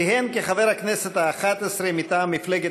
כיהן כחבר הכנסת האחת-עשרה מטעם מפלגת